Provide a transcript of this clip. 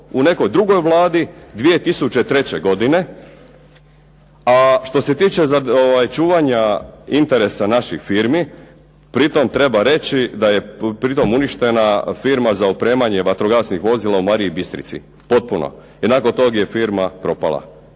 u nekoj drugoj Vladi 2003. godine, a što se tiče čuvanja interesa naših firmi pritom treba reći da je pritom uništena firma za opremanje vatrogasnih vozila u Mariji Bistrici, potpuno. I nakon tog je firma propala.